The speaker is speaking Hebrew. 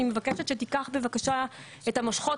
אני מבקשת שתיקח בבקשה את המושכות